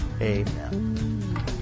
Amen